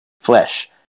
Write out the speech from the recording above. flesh